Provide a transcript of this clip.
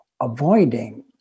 avoiding